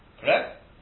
Correct